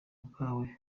bwawe